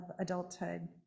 adulthood